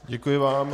Děkuji vám.